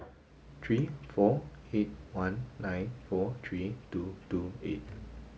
three four eight one nine four three two two eight